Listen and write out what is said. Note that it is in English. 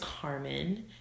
carmen